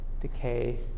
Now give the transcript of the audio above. decay